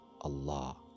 Allah